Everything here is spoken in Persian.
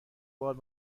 بار